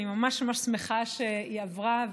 אני ממש ממש שמחה שהיא עברה,